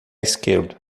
esquerdo